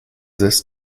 this